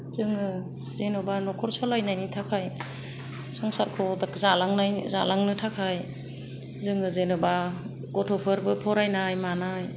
जोङो जेनबा न'खर सालायनायनि थाखाय संसारखौ जालांनाय जालांनो थाखाय जोङो जेनेबा गथ'फोरबो फरायनाय मानाय